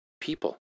people